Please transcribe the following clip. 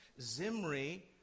Zimri